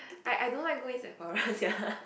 I I don't like go in Sephora sia